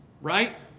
Right